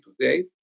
today